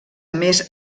més